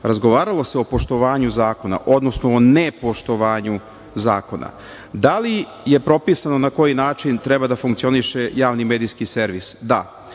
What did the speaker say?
Razgovaralo se o poštovanju zakona, odnosno o nepoštovanju zakona. Da li je propisano na koji način treba da funkcioniše Javni medijski servis? Da.